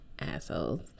assholes